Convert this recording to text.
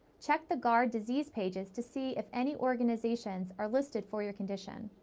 check the gard disease pages to see if any organizations are listed for your condition.